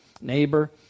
neighbor